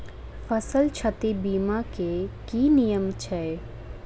फसल क्षति बीमा केँ की नियम छै?